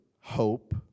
hope